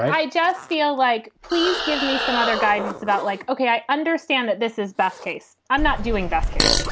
i. i just feel like, please give me some other guidance about like, okay, i understand that this is best case. i'm not doing best case.